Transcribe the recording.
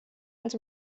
als